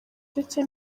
ndetse